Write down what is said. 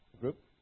Group